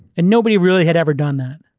and nobody really had ever done that.